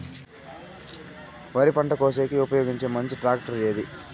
వరి పంట కోసేకి ఉపయోగించే మంచి టాక్టర్ ఏది?